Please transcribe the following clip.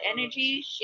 energy